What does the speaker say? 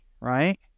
right